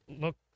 look